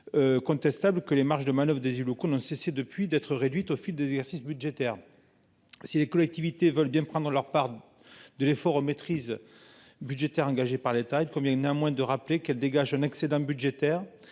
Contestable que les marges de manoeuvre des élus locaux n'ont cessé depuis d'être réduite au fil des exercices budgétaires. Si les collectivités veulent bien prendre leur part. De l'effort maîtrise. Budgétaire engagée par l'État et de combien y en a moins de rappeler qu'elle dégage un excédent budgétaire